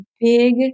big